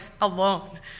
alone